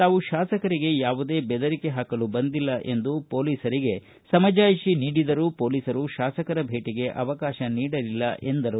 ತಾವು ಶಾಸಕರಿಗೆ ಯಾವುದೇ ಬೆದರಿಕೆ ಹಾಕಲು ಬಂದಿಲ್ಲ ಎಂದು ಹೊಲೀಸರಿಗೆ ಸಮಜಾಯಿಷಿ ನೀಡಿದರೂ ಪೊಲೀಸರು ಶಾಸಕರ ಭೇಟಗೆ ಅವಕಾಶ ನೀಡಲಿಲ್ಲ ಎಂದು ಹೇಳಿದರು